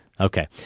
okay